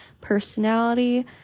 personality